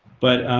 but